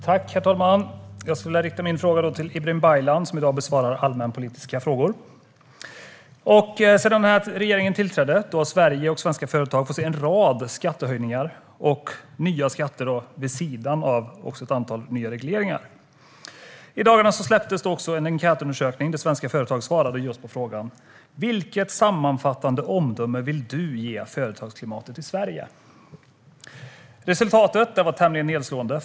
Herr talman! Jag vill rikta min fråga till Ibrahim Baylan, som i dag besvarar allmänpolitiska frågor. Sedan regeringen tillträdde har Sverige och svenska företag fått se en rad skattehöjningar och nya skatter vid sidan av ett antal nya regleringar. I dagarna släpptes också en enkätundersökning där svenska företag svarade på frågan: Vilket sammanfattande omdöme vill du ge företagsklimatet i Sverige? Resultatet var tämligen nedslående.